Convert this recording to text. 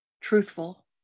truthful